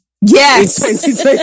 Yes